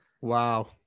Wow